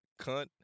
cunt